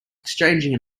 exchanging